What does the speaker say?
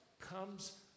comes